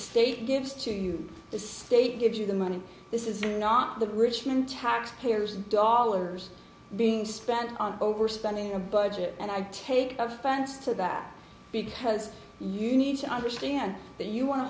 state gives to the state gives you the money this is not the richmond taxpayers dollars being spent on overspending on budget and i take offense to that because you need to understand that you want to